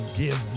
give